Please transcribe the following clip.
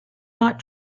not